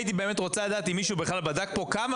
הייתי באמת רוצה לדעת אם מישהו בכלל בדק פה כמה